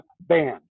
ban